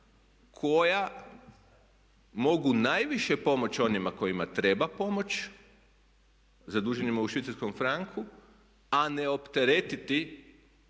koja mogu najviše pomoći onima kojima treba pomoći zaduženima u švicarskom franku, a ne opteretiti